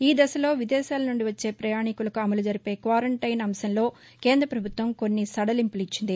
ఈ దశలో విదేశాలనుండి వచ్చే పరూణీకులకు అమలుజరిపే క్వారన్టైన్ అంశంలో కేంద్రప్రభుత్వం కొన్ని సడలింపులు ఇచ్చింది